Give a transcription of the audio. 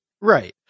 Right